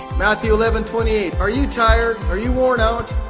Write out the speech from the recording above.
matthew eleven twenty eight. are you tired? are you worn out?